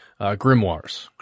grimoires